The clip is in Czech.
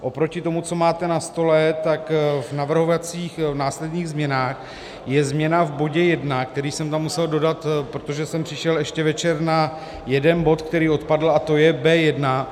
Oproti tomu, co máte na stole, tak v navrhovaných následných změnách je změna v bodě 1, který jsem tam musel dodat, protože jsem přišel ještě večer na jeden bod, který odpadl, a to je B1.